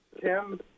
Tim